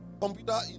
computer